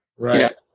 Right